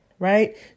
Right